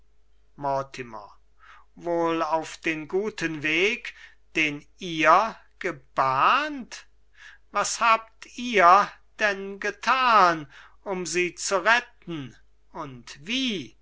wohl auf den guten weg den ihr gebahnt was habt ihr denn getan um sie zu retten und wie